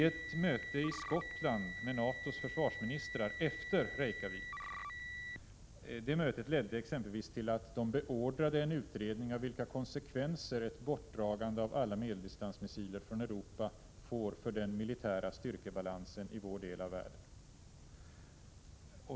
Ett möte i Skottland med NATO:s försvarsministrar efter Reykjavik ledde exempelvis till att de beordrade en utredning av vilka konsekvenser ett bortdragande av alla medeldistansmissiler från Europa får för den militära styrkebalansen i vår del av världen.